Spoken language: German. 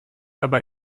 aber